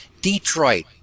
Detroit